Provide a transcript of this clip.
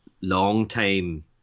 long-time